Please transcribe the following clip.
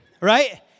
right